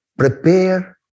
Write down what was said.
Prepare